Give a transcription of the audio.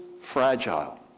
fragile